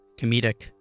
comedic